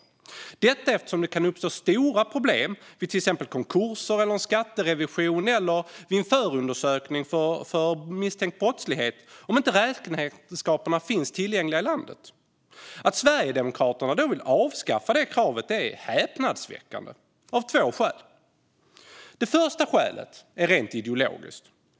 Så är det eftersom det kan uppstå stora problem vid till exempel konkurser, en skatterevision eller en förundersökning vid misstänkt brottslighet om inte räkenskaperna finns tillgängliga i landet. Att Sverigedemokraterna vill avskaffa det kravet är häpnadsväckande, av två skäl. Det första skälet är rent ideologiskt.